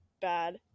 bad